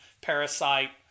Parasite